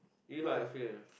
ah